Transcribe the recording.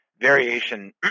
variation